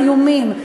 איומים.